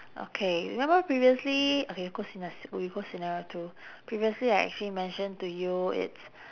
okay remember previously okay go scena~ sce~ g~ we go scenario two previously I actually mention to you it's